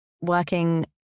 working